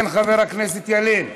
כן, חבר הכנסת ילין.